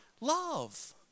love